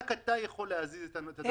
רק אתה יכול להזיז את העניין.